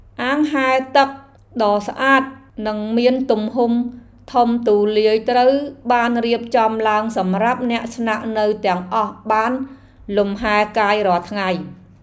អាងហែលទឹកដ៏ស្អាតនិងមានទំហំធំទូលាយត្រូវបានរៀបចំឡើងសម្រាប់អ្នកស្នាក់នៅទាំងអស់បានលំហែកាយរាល់ថ្ងៃ។